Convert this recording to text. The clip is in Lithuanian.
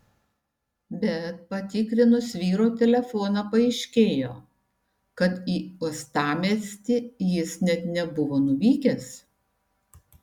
bet patikrinus vyro telefoną paaiškėjo kad į uostamiestį jis net nebuvo nuvykęs